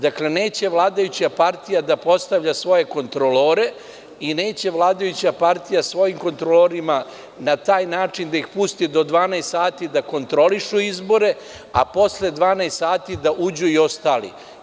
Dakle, neće vladajuća partija da postavlja svoje kontrolore i neće vladajuća partija svojim kontrolorima na taj način da ih pusti do 12 sati do kontrolišu izbore, a posle 12 sati da uđu i ostali.